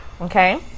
Okay